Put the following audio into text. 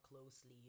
closely